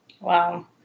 Wow